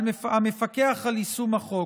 המפקח על יישום החוק.